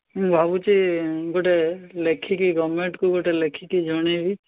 ମୁଁ ଭାବୁଛି ଗୋଟେ ଲେଖିକି ଗଭର୍ଣ୍ଣମେଣ୍ଟ୍କୁ ଗୋଟେ ଲେଖିକି ଜଣାଇବି